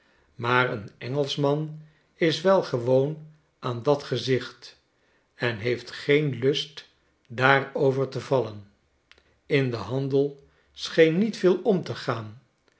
maar een engelschman is wel gewoon aan dat gezicht en heeft geen lust daar over te vallen in den handel scheen niet veel om te gaan